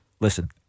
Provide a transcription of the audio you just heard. Listen